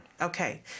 Okay